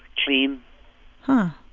clean huh.